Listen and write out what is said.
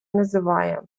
називає